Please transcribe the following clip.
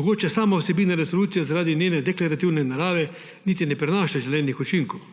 Mogoče sama vsebina resolucije zaradi njene deklarativne narave niti ne prenaša želenih učinkov,